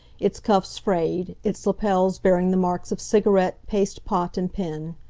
its cuffs frayed, its lapels bearing the marks of cigarette, paste-pot and pen.